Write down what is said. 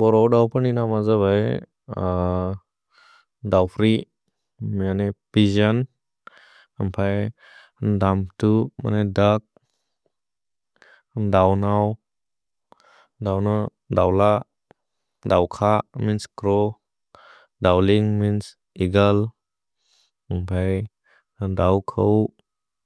भरौ दौपनिन मज भए दौफ्रि मेअने पिजन्। भ्हए दम्तु मने दक्, दौनौ, दौल। दौख मेअन्स् च्रोव्, दौलिन्ग् मेअन्स् एअग्ले। भ्हए दौखौ